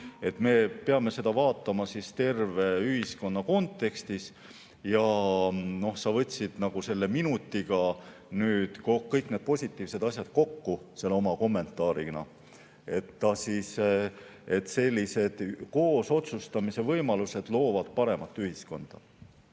me peame seda vaatama siis terve ühiskonna kontekstis. Ja sa võtsid selle minutiga nüüd kõik need positiivsed asjad kokku oma kommentaariga. Sellised koos otsustamise võimalused loovad paremat ühiskonda.